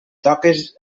toques